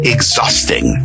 Exhausting